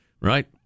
Right